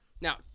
Now